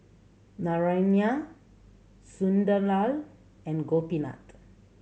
Naraina Sunderlal and Gopinath